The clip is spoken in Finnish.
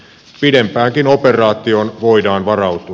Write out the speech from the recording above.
pidempäänkin operaatioon voidaan varautua